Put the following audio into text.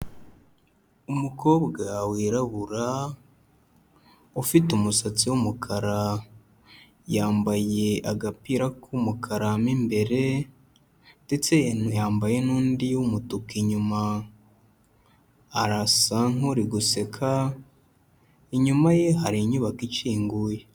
Umukobwa wirabura, ufite umusatsi w'umukara, yambaye agapira k'umukaramo imbere ndetse yambaye n'undi y'umutuku inyuma. Arasa nk'uri guseka, inyuma ye hari inyubako ikinguye.